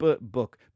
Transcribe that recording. Book